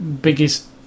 biggest